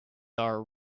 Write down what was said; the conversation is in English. are